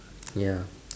ya